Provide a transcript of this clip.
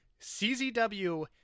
CZW